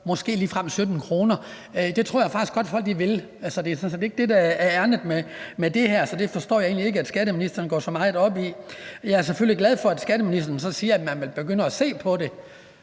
måske ligefrem endda 17 kr., det tror jeg faktisk godt folk vil. Det er sådan set ikke det, der er ærindet med det her, så jeg forstår egentlig ikke, at skatteministeren går så meget op i det. Jeg er selvfølgelig glad for, at skatteministeren så siger, at man vil begynde at se på det,